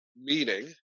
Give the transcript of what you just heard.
meaning